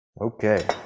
Okay